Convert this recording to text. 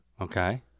Okay